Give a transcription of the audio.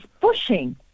pushing